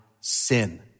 sin